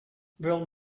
will